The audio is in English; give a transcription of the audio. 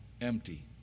empty